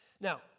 Now